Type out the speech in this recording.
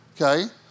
Okay